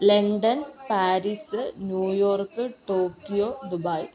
London Paris New York Tokyo Dubai